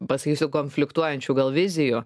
pasakysiu konfliktuojančių gal vizijų